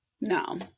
No